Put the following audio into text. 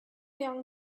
young